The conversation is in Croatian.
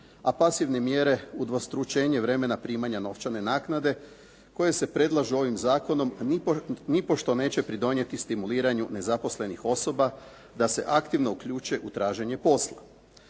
a pasivne mjere, udvostručenje vremena primanja novčane naknade koje se predlažu ovim zakonom nipošto neće pridonijeti stimuliranju nezaposlenih osoba da se aktivno uključe u traženje posla.